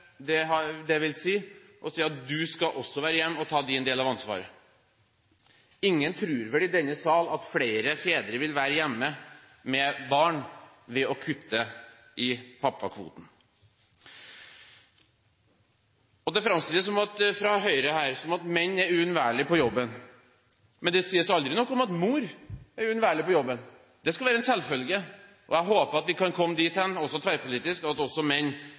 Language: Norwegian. har til å kunne si at du skal også være hjemme og ta din del av ansvaret. Ingen i denne sal tror vel at flere fedre vil være hjemme med barn ved at man kutter i pappakvoten. Det framstilles fra Høyre her som om menn er uunnværlige på jobben, men det sies aldri noe om at mor er uunnværlig på jobben. Det skal være en selvfølge – og jeg håper at vi kan komme dit hen, også tverrpolitisk – at også menn